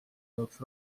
jaoks